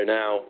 now